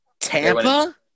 Tampa